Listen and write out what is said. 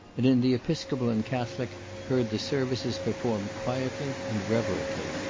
and in the episcopal and catholic heard the services performed quietly and reverently.